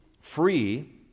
free